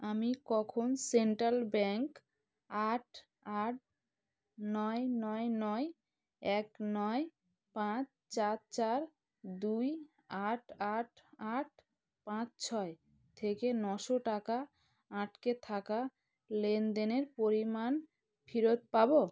আমি কখন central bank আট আট নয় নয় নয় এক নয় পাঁচ চার চার দুই আট আট আট পাঁচ ছয় থেকে নশো টাকা আটকে থাকা লেনদেনের পরিমাণ ফেরত পাব